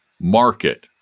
market